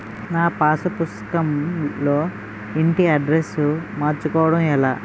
నా పాస్ పుస్తకం లో ఇంటి అడ్రెస్స్ మార్చుకోవటం ఎలా?